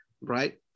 right